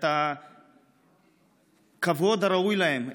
את הכבוד הראוי להם.